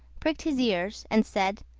pricked his ears, and said,